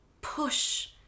push